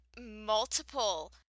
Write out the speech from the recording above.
multiple